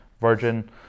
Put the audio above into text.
Virgin